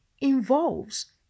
involves